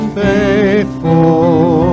faithful